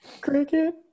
cricket